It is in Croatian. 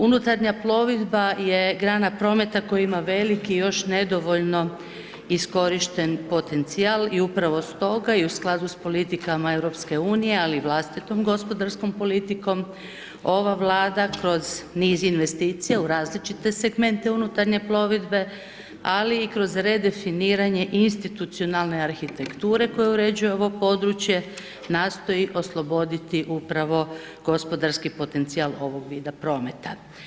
Unutarnja plovidba je grana prometa koja ima veliki još nedovoljno iskorišten potencijal i upravo s toga i u skladu s politikama EU, ali i vlastitom gospodarskom politikom, ova vlada, kroz niz investicija u različite segmente unutarnje plovidbe, ali i kroz redefiniranje institucionalne arhitekture koje uređuje ovo područje, nastoji osloboditi upravo gospodarski potencijal ovog vida prometa.